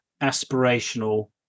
aspirational